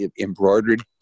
embroidered